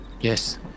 Yes